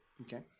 Okay